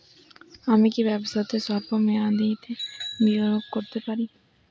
আমি কি ব্যবসাতে স্বল্প মেয়াদি বিনিয়োগ করতে পারি?